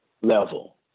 level